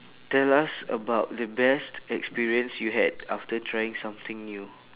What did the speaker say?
tell us about the best experience you had after trying something new